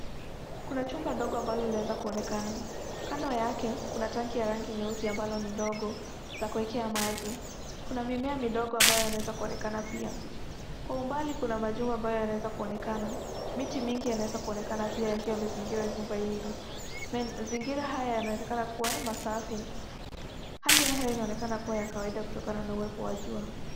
Kuna chumba ndogo ambalo linaweza kuonekana. Kando yake kuna tanki ya rangi nyeusi ambalo ni ndogo la kuwekea maji. Kuna mimea midogo ambayo yanaweza kuonekana pia. Kwa umbali kuna majumba ambayo yanaweza kuonekana. Miti mingi yanaweza kuonekana pia yakiwa yamezingira nyumba hili. Mazingira hayo yanaonekana kuwa masafi. Hali ya hewa inaonekana kuwa ya kawaida kutokana na uwepo wa jua.